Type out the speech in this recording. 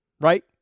Right